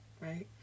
right